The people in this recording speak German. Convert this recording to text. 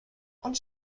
und